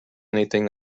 anything